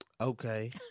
Okay